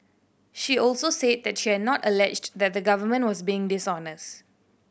she also said that she had not alleged that the Government was being dishonest